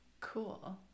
Cool